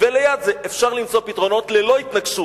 אפילו לא מגיעות לזה,